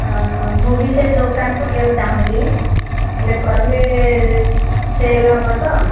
ମୁଁ ବି ସେଇ ଦୋକାନ କରିବାକୁ ଚାହୁଁଛି ହେଲେ କଲେ ସେଲ୍ ହେବ ତ